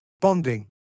bonding